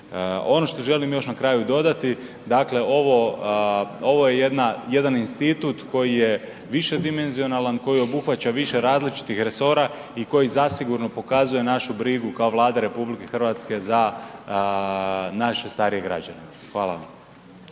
Ono što želim još na kraju dodati, dakle ovo je jedan institut koji je višedimenzionalan, koji obuhvaća više različitih resora i koji zasigurno pokazuje našu brigu kao Vlada RH za naše starije građane. Hvala vam.